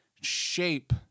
shape